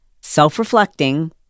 self-reflecting